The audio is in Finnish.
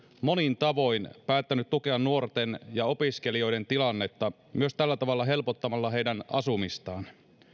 monin tavoin päättänyt tukea nuorten ja opiskelijoiden tilannetta myös tällä tavalla helpottamalla heidän asumistaan